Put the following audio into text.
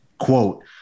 Quote